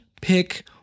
pick